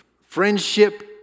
friendship